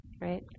right